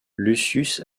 lucius